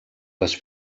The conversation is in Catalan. les